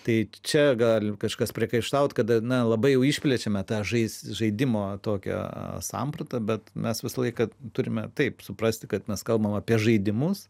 tai čia gali kažkas priekaištaut kad na labai išplečiame tą žais žaidimo tokią sampratą bet mes visą laiką turime taip suprasti kad mes kalbam apie žaidimus